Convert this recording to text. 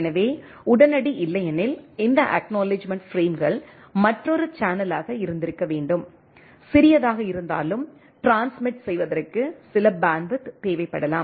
எனவே உடனடி இல்லையெனில் இந்த அக்நாலெட்ஜ்மெண்ட் பிரேம்கள் மற்றொரு சேனலாக இருந்திருக்க வேண்டும் சிறியதாக இருந்தாலும் ட்ரான்ஸ்மிட் செய்வதற்கு சில பேண்ட்வித் தேவைப்படலாம்